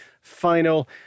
final